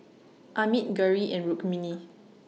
Amit Gauri and Rukmini